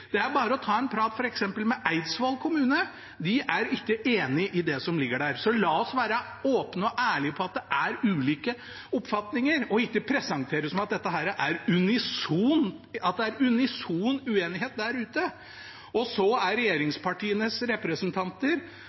Det er bare å ta en prat med f.eks. Eidsvoll kommune. De er ikke enig i det som ligger der. Så la oss være åpne og ærlige om at det er ulike oppfatninger, og ikke presentere det som at det er unison enighet der ute. Så er regjeringspartienes representanter